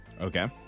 Okay